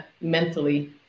mentally